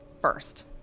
first